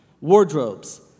wardrobes